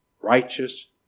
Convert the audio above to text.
righteous